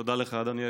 לך תפגין ברמאללה.